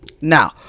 Now